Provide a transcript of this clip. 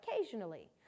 occasionally